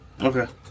Okay